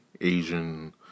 Asian